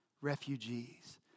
refugees